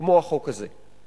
כמו החוק הזה?